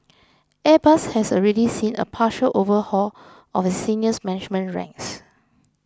Airbus has already seen a partial overhaul of its senior management ranks